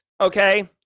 okay